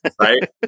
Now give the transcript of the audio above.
right